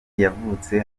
yavutse